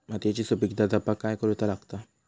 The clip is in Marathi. मातीयेची सुपीकता जपाक काय करूचा लागता?